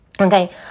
Okay